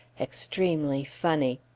extremely funny!